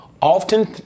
often